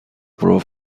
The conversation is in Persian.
پرو